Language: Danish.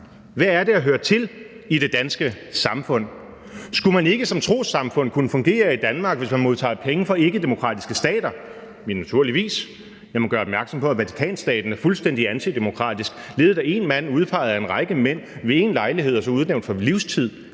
hvad er det at høre til i det danske samfund? Skulle man ikke som trossamfund kunne fungere i Danmark, hvis man modtager penge fra ikkedemokratiske stater? Jamen naturligvis. Jeg må gøre opmærksom på, at Vatikanstaten er fuldstændig antidemokratisk; ledet af én mand udpeget af en række mænd ved én lejlighed og så udnævnt på livstid.